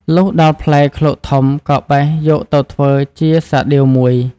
លុះដល់ផ្លែឃ្លោកធំក៏បេះយកទៅធ្វើជាសាដៀវមួយ។